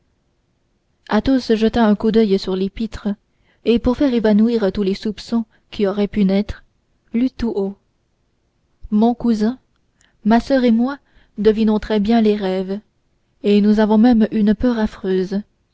dit-il athos jeta un coup d'oeil sur l'épître et pour faire évanouir tous les soupçons qui auraient pu naître lut tout haut mon cousin ma soeur et moi devinons très bien les rêves et nous en avons même une peur affreuse